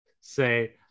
say